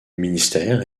ministère